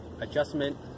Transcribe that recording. adjustment